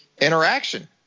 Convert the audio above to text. interaction